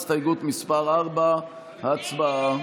הסתייגות מס' 4, הצבעה.